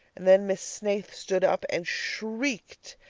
and then miss snaith stood up and shrieked.